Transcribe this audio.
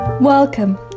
Welcome